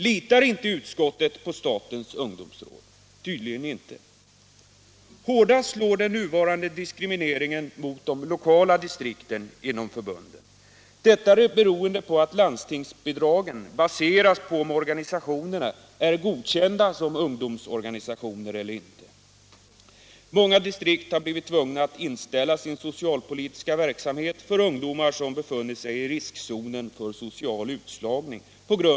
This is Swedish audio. Litar inte utskottet på statens ungdomsråd? Tydligen inte. Hårdast slår den nuvarande diskrimineringen mot de lokala distrikten inom förbunden — detta beroende på att landstingsbidragen baseras på om organisationerna är godkända som ungdomsorganisationer eller inte. Många distrikt har av nämnda ekonomiska orsaker blivit tvungna att inställa sin socialpolitiska verksamhet för ungdomar som befunnit sig i riskzonen för social utslagning.